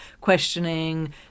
questioning